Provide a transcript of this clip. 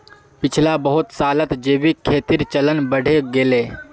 पिछला बहुत सालत जैविक खेतीर चलन बढ़े गेले